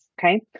okay